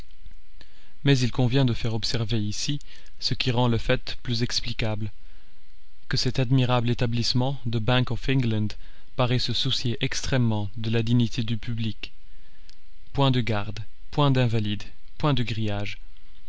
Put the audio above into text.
mais il convient de faire observer ici ce qui rend le fait plus explicable que cet admirable établissement de bank of england paraît se soucier extrêmement de la dignité du public point de gardes point d'invalides point de grillages